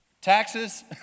taxes